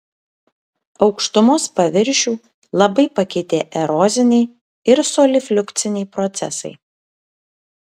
aukštumos paviršių labai pakeitė eroziniai ir solifliukciniai procesai